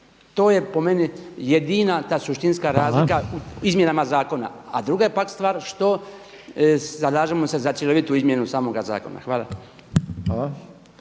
To je po meni jedina ta suštinska razlika u izmjenama zakona. …/Upadica Reiner: Hvala./… A druga je pak stvar što zalažemo se za cjelovitu izmjenu samoga zakona. Hvala.